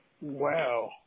Wow